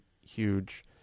huge